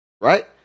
Right